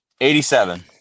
87